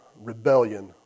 rebellion